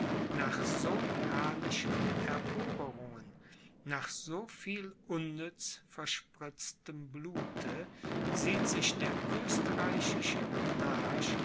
nach so herrlichen eroberungen nach so viel unnütz verspritztem blute sieht sich der österreichische